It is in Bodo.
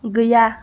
गैया